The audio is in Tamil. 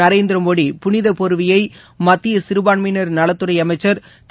நரேந்திர மோடி புனிதப் போர்வையை மத்திய சிறுபான்மையினர் நலத்துறை அமைச்சர் திரு